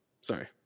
Sorry